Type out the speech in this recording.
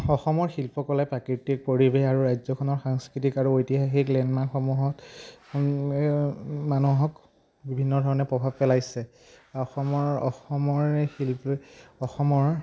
অসমৰ শিল্পকলাই প্ৰাকৃতিক পৰিৱেশ আৰু ৰাজ্যখনৰ সাংস্কৃতিক আৰু ঐতিহাসিক লেণ্ডমাৰ্কসমূহত মানুহক বিভিন্ন ধৰণে প্ৰভাৱ পেলাইছে অসমৰ অসমৰ শিল্প অসমৰ